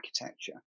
architecture